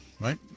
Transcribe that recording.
right